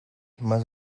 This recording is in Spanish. más